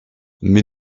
mais